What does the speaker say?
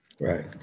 right